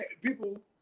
people